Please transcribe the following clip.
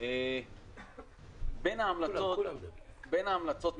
בין ההמלצות,